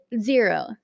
Zero